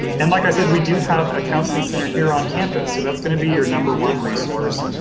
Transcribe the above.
and like i said we do have a counseling center here on campus so that's going to be your number one resource.